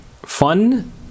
fun